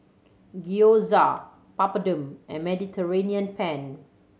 Gyoza Papadum and Mediterranean Penne